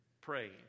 praying